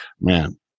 man